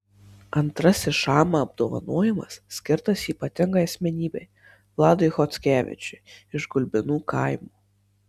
antrasis šama apdovanojimas skirtas ypatingai asmenybei vladui chockevičiui iš gulbinų kaimo